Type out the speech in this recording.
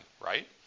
right